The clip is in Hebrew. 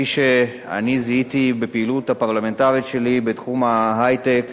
כפי שאני זיהיתי בפעילות הפרלמנטרית שלי בתחום ההיי-טק,